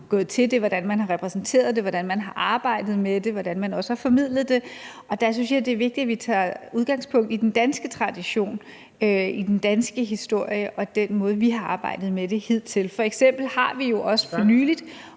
gået til det, hvordan man har repræsenteret det, hvordan man har arbejdet med det, hvordan man også har formidlet det. Og der synes jeg, at det er vigtigt, at vi tager udgangspunkt i den danske tradition, i den danske historie og i den måde, som vi har arbejdet med det hidtil. F.eks. har vi jo også for nylig